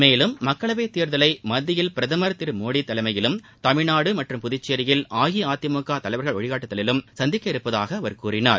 மேலும் மக்களவைத் தேர்தலை மத்தியில் பிரதமர் திரு மோடி தலைமையிலும் தமிழ்நாடு மற்றும் புதுச்சேரியில் அஇஅதிமுக தலைவர்கள் வழிகாட்டுதலிலும் சந்திக்கவுள்ளதாக அவர் கூறினார்